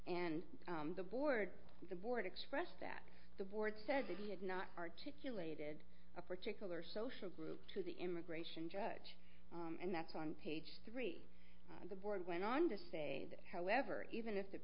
and the board of the board expressed that the board said that he had not articulated a particular social group to the immigration judge and that's on page three the board went on to say that however even if the